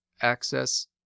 access